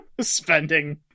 spending